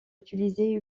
utilisées